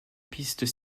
pistes